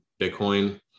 Bitcoin